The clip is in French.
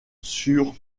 sur